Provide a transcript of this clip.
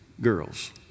girls